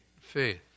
faith